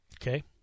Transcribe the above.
Okay